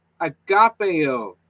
agapeo